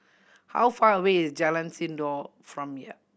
how far away is Jalan Sindor from here